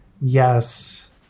Yes